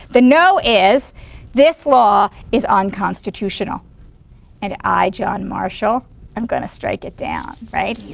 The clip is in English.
the no is this law is unconstitutional and i john marshall i'm going to strike it down. right?